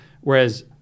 Whereas